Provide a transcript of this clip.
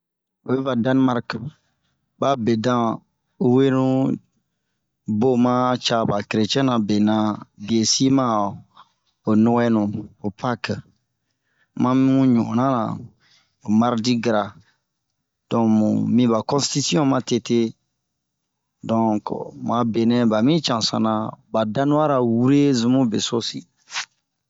Oyi va Danmark ba bedan wenu ,bun maa ca ba keretiɛnra bena. Bie si ma'ah ho nuwɛnu, ho pake mami ɲu'ɔn na ra, ho mardi gara, donke, mun miba kɔnstisiɔn matete. Donke bu a benɛ ba mi canzan na, ba danuwa ra wure zun bun beso sin.